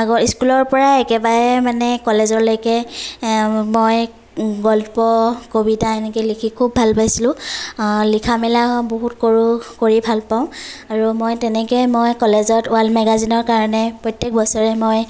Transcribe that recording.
আগৰ স্কুলৰ পৰা একেবাৰে মানে কলেজলৈকে মই গল্প কবিতা এনেকৈ লিখি খুব ভাল পাইছিলো লিখা মেলা বহুত কৰোঁ কৰি ভাল পাওঁ আৰু মই তেনেকৈ মই কলেজত ৱাল মেগাজিনৰ কাৰণে প্ৰত্যেক বছৰে মই